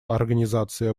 организации